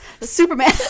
superman